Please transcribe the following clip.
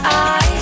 eyes